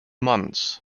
months